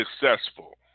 successful